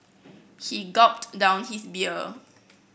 he gulped down his beer